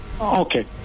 Okay